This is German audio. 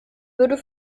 würde